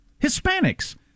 Hispanics